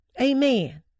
Amen